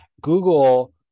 Google